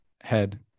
head